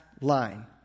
line